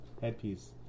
headpiece